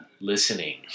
listening